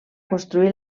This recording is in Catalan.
construir